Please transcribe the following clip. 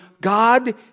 God